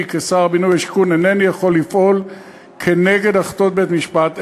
אני כשר הבינוי והשיכון אינני יכול לפעול כנגד החלטות בית-משפט,